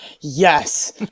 Yes